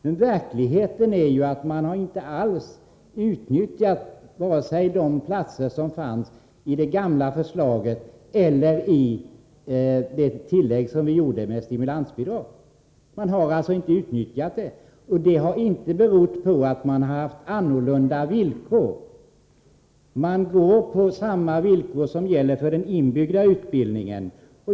Men verkligheten är ju den att man inte alls har utnyttjat vare sig de platser som fanns i det gamla förslaget eller de platser som tillkom med hjälp av stimulansbidrag. Och det har inte berott på att villkoren varit annorlunda. Villkoren är desamma som beträffande den inbyggda utbildningen.